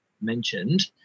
mentioned